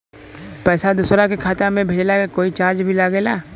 पैसा दोसरा के खाता मे भेजला के कोई चार्ज भी लागेला?